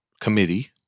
Committee